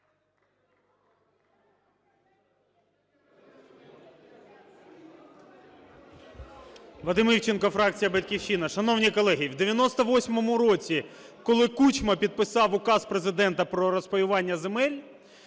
Вадим Івченко, фракція "Батьківщина". Шановні колеги, у 98-му році, коли Кучма підписав Указ Президента про розпаювання земель,